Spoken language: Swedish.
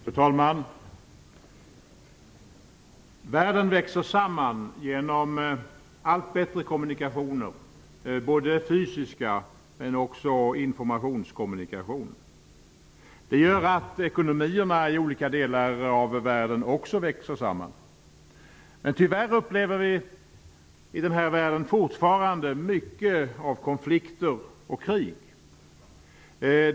Fru talman! Världen växer samman genom allt bättre kommunikationer, både fysiska kommunikationer och informationskommunikationer. Det gör att ekonomierna i olika delar av världen också växer samman. Men tyvärr upplever vi fortfarande mycket av konflikter och krig i världen.